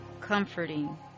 comforting